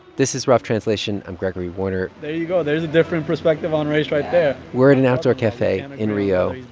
this is rough translation. i'm gregory warner there you go. there's a different perspective on race right there we're at an outdoor cafe and in rio.